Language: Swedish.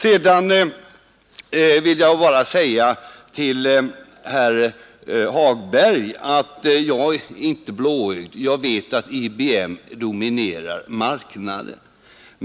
Sedan vill jag bara säga till herr Hagberg att jag är inte blåögd. Jag vet att IBM dominerar marknaden.